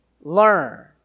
learn